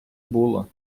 було